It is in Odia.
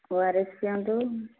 ଓ ଆର୍ ଏସ୍ ପିଅନ୍ତୁ